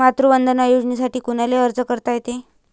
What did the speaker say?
मातृवंदना योजनेसाठी कोनाले अर्ज करता येते?